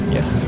Yes